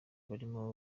barimo